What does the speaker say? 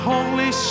Holy